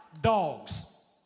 dogs